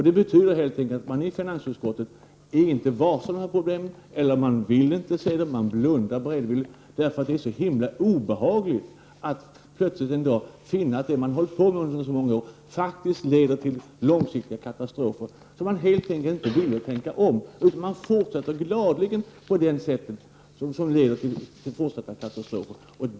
Det betyder att man i finansutskottet inte är varse dessa problem eller att man inte vill se dem. Man blundar beredvilligt därför att det är så obehagligt att plötsligt en dag finna att det som man har hållit på med under så många år faktiskt leder till långsiktiga katastrofer. Man är helt enkelt inte villig att tänka om, utan man fortsätter gladeligen på den väg som leder till fortsatta katastrofer.